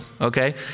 okay